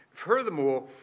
Furthermore